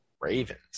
Ravens